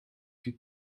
die